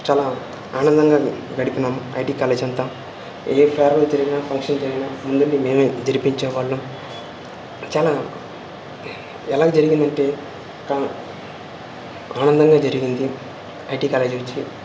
చాలా ఆనందంగా గడిపినాం ఐటి కాలేజ్ అంతా ఏ కార్యం జరిగినా ఫంక్షన్ జరిగినా ముందుండి మేమే జరిపిచ్చేవాళ్ళం చాలా ఎలాగ జరిగిందంటే ఆనందంగా జరిగింది ఐటి కాలేజ్ నుంచి